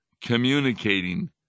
communicating